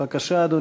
בבקשה, אדוני.